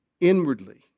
inwardly